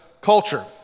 culture